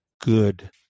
good